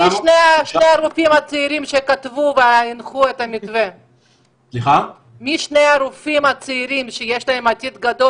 מי שני הרופאים הצעירים שכתבו והנחו את המתווה ושיש להם עתיד גדול?